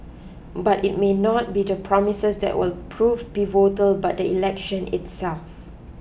but it may not be the promises that will prove pivotal but the election itself